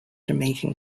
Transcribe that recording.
jamaican